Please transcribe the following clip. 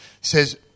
says